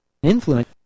Influence